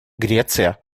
греция